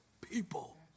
people